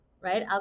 right